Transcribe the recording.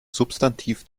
substantiv